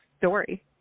story